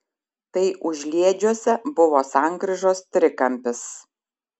tai užliedžiuose buvo sankryžos trikampis